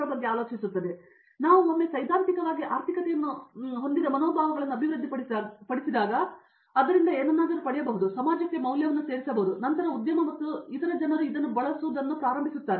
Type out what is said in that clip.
ಮತ್ತು ಒಮ್ಮೆ ನಾವು ಸೈದ್ಧಾಂತಿಕವಾಗಿ ಆರ್ಥಿಕತೆಯನ್ನು ಹೊಂದಿದ ಮನೋಭಾವಗಳನ್ನು ಅಭಿವೃದ್ಧಿಪಡಿಸಿದಾಗ ಮತ್ತು ಅದರಿಂದಾಗಿ ನೀವು ಏನನ್ನಾದರೂ ಪಡೆಯಬಹುದು ಮತ್ತು ಸಮಾಜಕ್ಕೆ ಮೌಲ್ಯವನ್ನು ಸೇರಿಸುತ್ತೀರಿ ನಂತರ ಉದ್ಯಮ ಮತ್ತು ಇತರ ಜನರು ಇದನ್ನು ಬಳಸುವುದನ್ನು ಪ್ರಾರಂಭಿಸುತ್ತಾರೆ